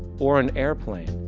or an airplane.